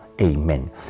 Amen